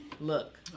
look